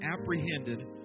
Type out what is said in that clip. apprehended